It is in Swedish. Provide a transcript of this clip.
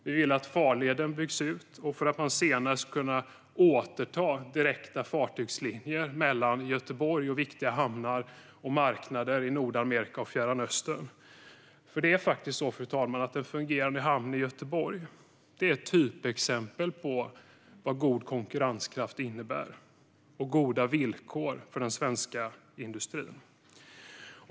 Vi vill att farleden i Göteborg byggs ut för att Sverige senare ska kunna återta direkta fartygslinjer mellan Göteborg och viktiga hamnar och marknader i Nordamerika och Fjärran Östern. En fungerande hamn i Göteborg, fru talman, är nämligen ett typexempel på vad god konkurrenskraft och goda villkor innebär för den svenska industrin.